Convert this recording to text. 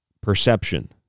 Perception